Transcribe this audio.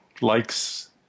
likes